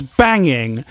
banging